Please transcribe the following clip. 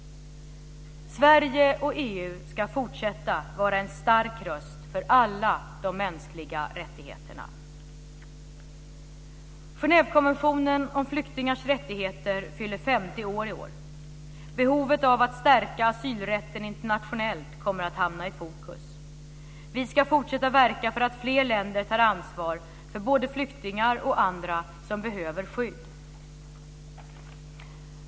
Sverige och EU ska fortsätta att vara en stark röst för alla de mänskliga rättigheterna. Genèvekonventionen om flyktingars rättigheter fyller 50 år i år. Behovet av att stärka asylrätten internationellt kommer att hamna i fokus. Vi ska fortsätta att verka för att fler länder tar ansvar för både flyktingar och andra som behöver skydd.